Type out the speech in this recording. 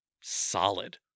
solid